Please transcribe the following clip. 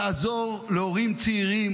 תעזור להורים צעירים